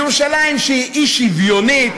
ירושלים היא אי-שוויונית,